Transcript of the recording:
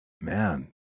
Man